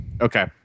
Okay